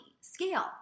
scale